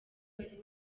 wari